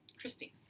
Christine